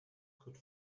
could